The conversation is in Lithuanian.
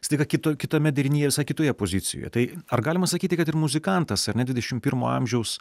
staiga kita kitame derinyje visai kitoje pozicijoje tai ar galima sakyti kad ir muzikantas ar ne dvidešim pirmo amžiaus